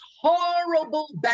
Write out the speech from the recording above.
horrible